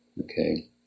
okay